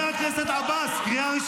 תודה רבה.